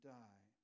die